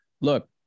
look